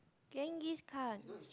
Genghis-Khan